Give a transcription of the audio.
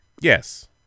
Yes